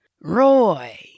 Roy